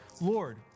Lord